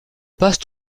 passe